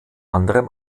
anderem